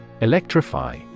Electrify